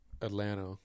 Atlanta